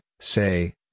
say